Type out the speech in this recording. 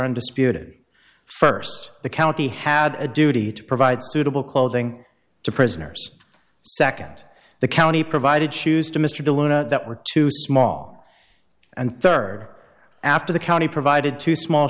undisputed first the county had a duty to provide suitable clothing to prisoners second the county provided shoes to mr de luna that were too small and third after the county provided too small